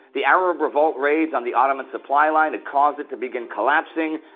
the arab revolt raids on the ottoman supply line had caused it to begin collapsing.